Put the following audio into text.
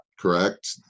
correct